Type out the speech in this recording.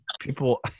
people